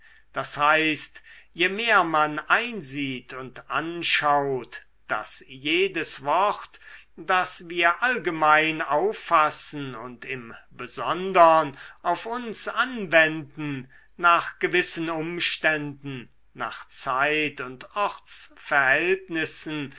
d h je mehr man einsieht und anschaut daß jedes wort das wir allgemein auffassen und im besondern auf uns anwenden nach gewissen umständen nach zeit und